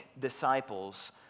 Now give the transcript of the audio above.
disciples